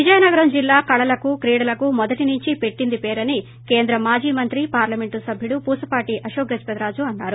విజయనగరం జిల్లా కళలకు క్రీడలకు మొదటి నుంచి పెట్టింది పేరని కేంద్ర మాజీ మంత్రి పార్లమెంటు సభ్యుడు పూసపాటి అశోక్ గజపతిరాజు అన్నారు